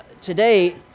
Today